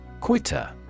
Quitter